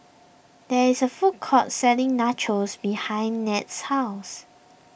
there is a food court selling Nachos behind Ned's house